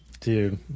Dude